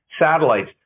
satellites